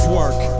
work